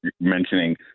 mentioning